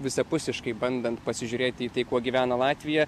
visapusiškai bandant pasižiūrėti į tai kuo gyvena latvija